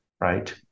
right